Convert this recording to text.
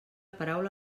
paraula